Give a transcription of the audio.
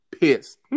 Pissed